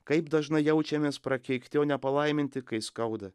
kaip dažnai jaučiamės prakeikti o ne palaiminti kai skauda